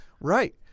Right